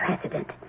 president